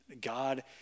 God